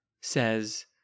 says